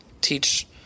teach